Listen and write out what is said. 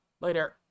Later